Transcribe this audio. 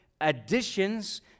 additions